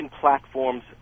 platforms